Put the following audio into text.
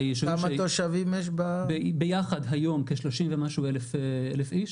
ישובים ש --- כמה תושבים ב --- ביחד היום כ-30 ומשהו אלף נפש.